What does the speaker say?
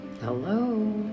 Hello